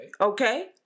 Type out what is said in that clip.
Okay